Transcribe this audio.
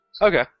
Okay